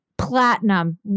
platinum